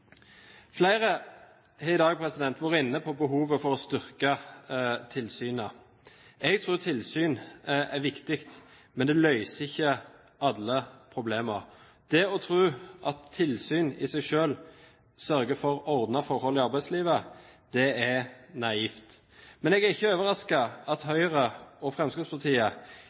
Flere har i dag vært inne på behovet for å styrke tilsynet. Jeg tror tilsyn er viktig, men det løser ikke alle problemer. Det å tro at tilsyn i seg selv sørger for ordnede forhold i arbeidslivet, er naivt. Jeg er ikke overrasket over at Høyre og Fremskrittspartiet